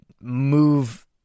move